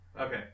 Okay